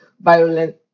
violent